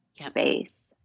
space